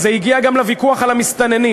זה הגיע גם לוויכוח על המסתננים.